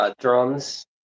drums